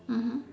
mmhmm